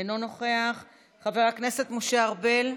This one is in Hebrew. אינו נוכח, חבר הכנסת משה ארבל,